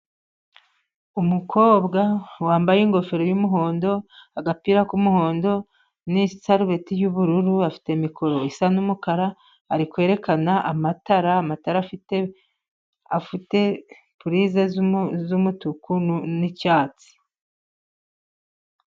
Umukobwa wambaye ingofero y'umuhondo ,agapira k'umuhondo, n'isarubeti y'ubururu ,afite mikoro isa n,'umukara ,ari kwerekana amatara, amatara afite pulize z'umutuku n'icyatsi.